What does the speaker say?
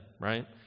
right